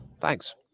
Thanks